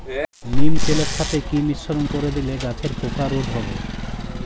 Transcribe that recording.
নিম তেলের সাথে কি মিশ্রণ করে দিলে গাছের পোকা রোধ হবে?